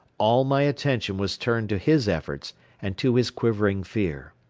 all my attention was turned to his efforts and to his quivering fear.